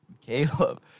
Caleb